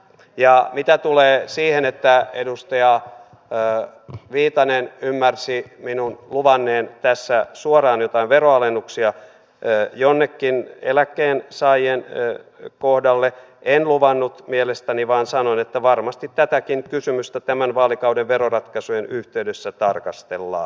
ja mitä tulee siihen että edustaja viitanen ymmärsi minun luvanneen tässä suoraan joitain veronalennuksia jonnekin eläkkeensaajien kohdalle en luvannut mielestäni vaan sanoin että varmasti tätäkin kysymystä tämän vaalikauden veroratkaisujen yhteydessä tarkastellaan